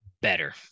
better